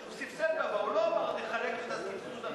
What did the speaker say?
הוא סבסד בעבר, הוא לא אמר: נחלק את הסבסוד אחרת.